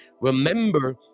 remember